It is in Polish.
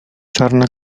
czarna